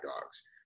dogs